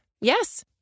Yes